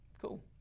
cool